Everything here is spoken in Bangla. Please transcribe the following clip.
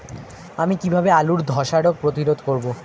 আমি কিভাবে আলুর ধ্বসা রোগ প্রতিরোধ করব?